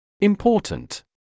Important